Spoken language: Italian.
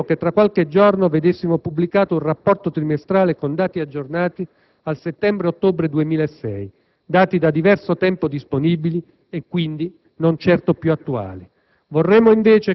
poiché non vorremmo che tra qualche giorno vedessimo pubblicato un rapporto trimestrale con dati aggiornati al settembre-ottobre 2006 (dati da diverso tempo disponibili e quindi non certo i più attuali).